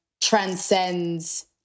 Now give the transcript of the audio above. transcends